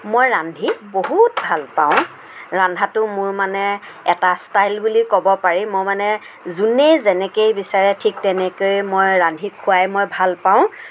মই ৰান্ধি বহুত ভাল পাওঁ ৰন্ধাটো মোৰ মানে এটা ষ্টাইল বুলি ক'ব পাৰি মই মানে যোনেই যেনেকেই বিচাৰে ঠিক তেনেকৈয়ে মই ৰান্ধি খুৱাই মই ভাল পাওঁ